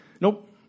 Nope